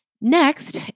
Next